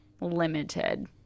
limited